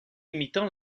imitant